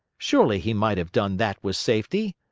surely he might have done that with safety!